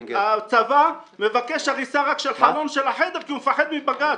הצבא מבקש הריסה רק של חלון של החדר כי הוא מפחד מבג"ץ,